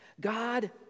God